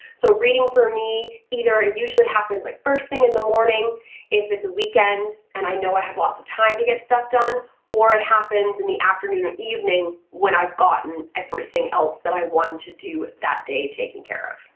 so reading for me either ah usually happens like first thing in the morning if it's a weekend and i know i have lots of time to get stuff done or it happens in the afternoon and evening when i've gotten everything else that i wanted to do that day taken care of.